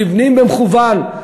נבנים במכוון.